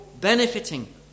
benefiting